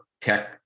tech